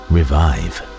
Revive